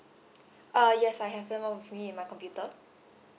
uh yes I have them of me in my computer